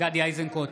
גדי איזנקוט,